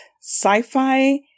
sci-fi